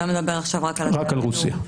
אתה מדבר עכשיו רק על רוסיה?